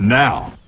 now